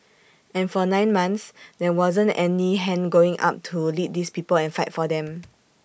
and for nine months there wasn't any hand going up to lead these people and fight for them